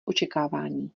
očekávání